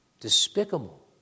despicable